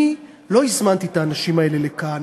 אני לא הזמנתי את האנשים האלה לכאן,